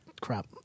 crap